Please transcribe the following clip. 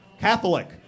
Catholic